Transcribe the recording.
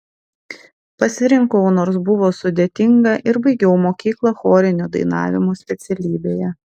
pasirinkau nors buvo sudėtinga ir baigiau mokyklą chorinio dainavimo specialybėje